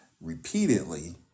repeatedly